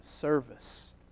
service